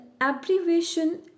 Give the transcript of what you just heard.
abbreviation